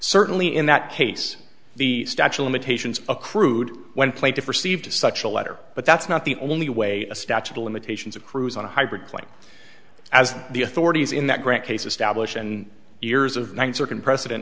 certainly in that case the statue limitations accrued when plaintiff received such a letter but that's not the only way a statute of limitations of crews on a hybrid plane as the authorities in that grant case is stablished and years of ninth circuit precedent